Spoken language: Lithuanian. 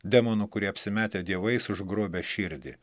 demonų kurie apsimetę dievais užgrobia širdį